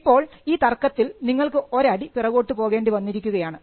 ഇപ്പോൾ ഈ തർക്കത്തിൽ നിങ്ങൾക്ക് ഒരടി പിറകോട്ട് പോകേണ്ടി വന്നിരിക്കുകയാണ്